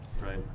Right